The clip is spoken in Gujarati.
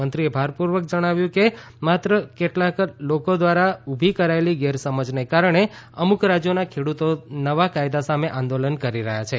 મંત્રીએ ભારપૂર્વક જણાવ્યું કે માત્ર કેટલાક લોકો દ્વારા ઉભી કરાયેલી ગેરસમજને કારણે જ અમુક રાજ્યોના ખેડ઼તો નવા કાયદા સામે આંદોલન કરી રહ્યા છે